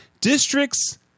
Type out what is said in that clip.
Districts